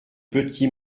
petit